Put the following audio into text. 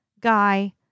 guy